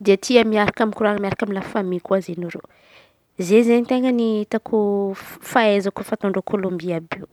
de tia miaraky mikorana miaraky amy la famia koa izen̈y reo. Zey izen̈y ten̈a ny hitako fahaizako fahitako fataon-dreo Kolombia àby io